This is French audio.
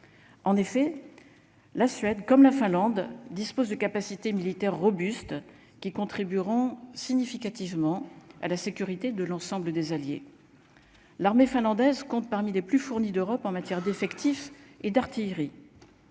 en effet, la Suède comme la Finlande dispose de capacités militaires robuste qui contribueront significativement à la sécurité de l'ensemble des alliés. L'armée finlandaise compte parmi les plus fournies d'Europe en matière d'effectifs et d'artillerie,